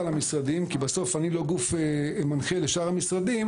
למשרדים כי בסוף אני לא גוף מנחה לשאר המשרדים